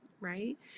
right